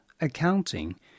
accounting